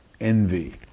envy